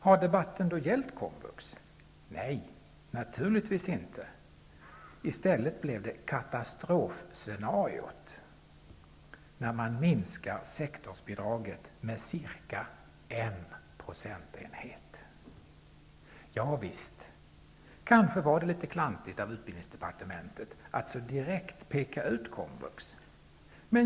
Har debatten då gällt komvux? Nej, naturligtvis inte. I stället blir det ett katastrofscenario när man minskar sektorsbidraget med ca 1 %! Visst var det kanske litet klantigt av utbildningsdepartementet att så direkt peka ut komvux.